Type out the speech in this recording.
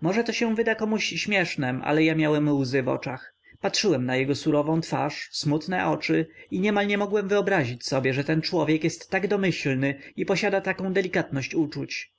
może to się wyda komu śmiesznem ale ja miałem łzy w oczach patrzyłem na jego surową twarz smutne oczy i prawie nie mogłem wyobrazić sobie że ten człowiek jest tak domyślny i posiada taką delikatność uczuć